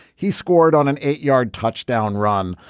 he scored on an eight yard touchdown run.